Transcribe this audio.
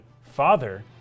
father